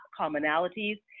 commonalities